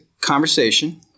conversation